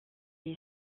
est